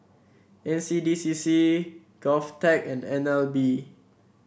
N C D C C Govtech and N L B